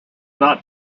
not